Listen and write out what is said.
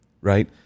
right